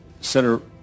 Senator